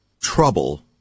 trouble